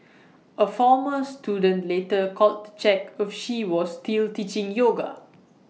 A former student later called to check if she was still teaching yoga